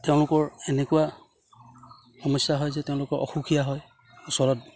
তেওঁলোকৰ এনেকুৱা সমস্যা হয় যে তেওঁলোক অসুখীয়া হয় ওচৰত